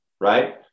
Right